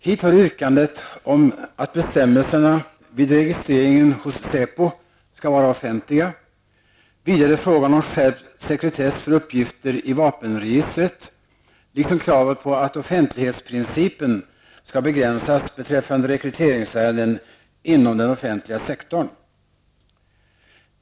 Hit hör yrkandet om att bestämmelserna vid registreringen hos säpo skall vara offentliga, vidare frågan om skärpt sekretess för uppgifter i vapenregistret liksom kravet på att offentlighetsprincipen skall begränsas beträffande rekryteringsärenden inom den offentliga sektorn.